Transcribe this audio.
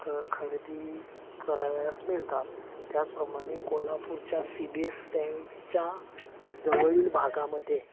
ख खरेदी करावयास मिळतात त्याचप्रमाणे कोल्हापूरच्या सी बी एस स्टँडच्या जवळील भागामध्ये